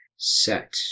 set